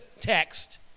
text